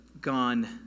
gone